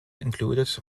included